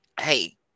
Hey